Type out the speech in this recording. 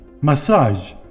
Massage